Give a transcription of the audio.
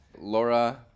Laura